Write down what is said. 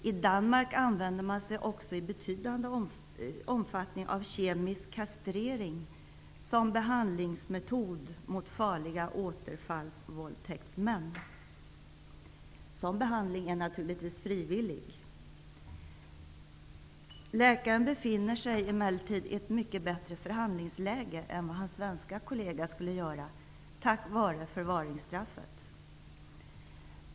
I Danmark använder man sig också i betydande utsträckning av kemisk kastrering som behandlingsmetod för farliga återfallsvåldtäktsmän. Sådan behandling är naturligtvis frivillig. Läkaren befinner sig emellertid i ett mycket bättre förhandlingsläge än vad hans svenske kollega skulle göra, tack vare förvaringsstraffet.